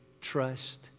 trust